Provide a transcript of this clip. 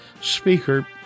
speaker